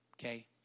okay